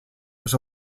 was